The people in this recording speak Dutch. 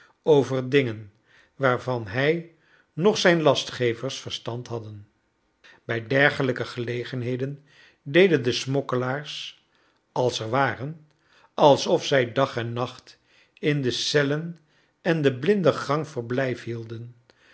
over dingen waarvan hij noch zijn lastg evers verstand hadden bij dergelijke gelegenheden deden de smokkelaars als er waren alsof zij dag en nacht in de cellen en de blinde gang verblijf hielden